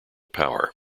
power